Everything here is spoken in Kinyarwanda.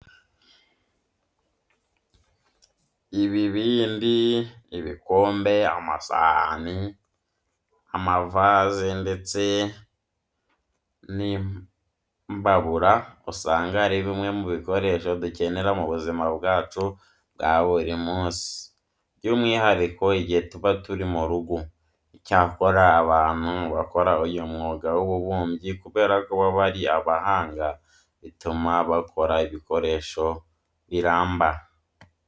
Ibibindi, ibikombe, amasahani, amavaze ndetse n'imbabura usanga ari bimwe mu bikoresho dukenera mu buzima bwacu bwa buri munsi by'umwihariko igihe tuba turi mu rugo. Icyakora abantu bakora uyu mwuga w'ububumbyi kubera ko baba ari abahanga bituma bakora ibikoresho biramba.